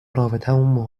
رابطمون